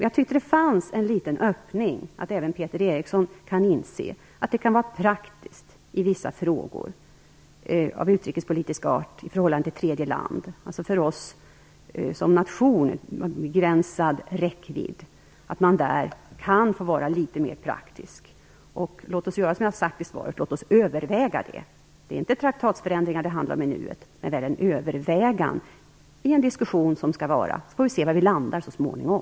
Jag tyckte att det fanns en liten öppning att även Peter Eriksson kan inse att det kan vara bra om man i vissa frågor av utrikespolitisk art i förhållande till tredje land kan få vara litet mer praktisk, dvs. i frågor som för oss som nation har en begränsad räckvidd. Låt oss göra som jag har sagt i svaret. Låt oss överväga det. Det handlar inte om traktatsförändringar i nuet, men om ett övervägande i en diskussion som vi skall ha. Sedan får vi se var vi landar så småningom.